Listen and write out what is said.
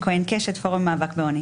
פורום מאבק בעוני.